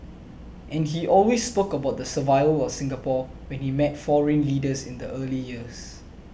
and he always spoke about the survival of Singapore when he met foreign leaders in the early years